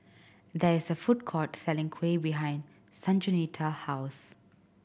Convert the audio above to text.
there is a food court selling kuih behind Sanjuanita house